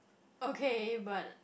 okay but